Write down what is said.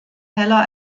heller